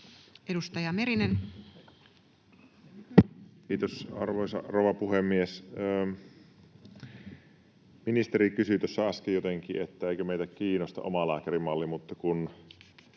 Edustaja Merinen. Kiitos, arvoisa rouva puhemies! Ministeri kysyi tuossa äsken jotenkin, että eikö meitä kiinnosta omalääkärimalli, mutta siitä